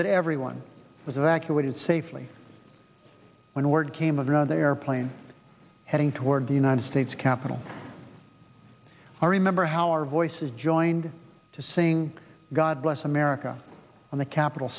that everyone was evacuated safely when word came of another airplane heading toward the united states capitol i remember how our voices joined to sing god bless america on the capit